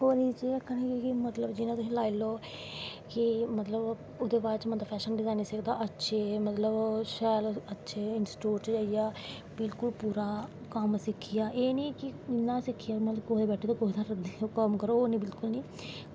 एह्दै च एह् ऐ कि तुस लाई लैओ मतलव कि ओह्दे बाद बंदा फैशन फैशन डिज़ाईनिंग सिखदा अच्छी मतलव सैल अच्छी सोच लेईयै बिल्कुल पूरा कम्म सिक्खियै एह् नी कि पूरा सिक्खियै कुदै बैठो ते कम्म करो कोई गल्ल नी